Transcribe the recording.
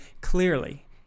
clearly